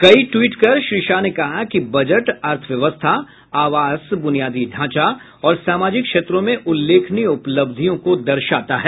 कई ट्वीट कर श्री शाह ने कहा कि बजट अर्थव्यवस्था आवास बुनियादी ढांचा और सामाजिक क्षेत्रों में उल्लेखनीय उपलब्धियों को दर्शाता है